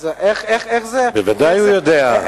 אז איך זה, בוודאי הוא יודע.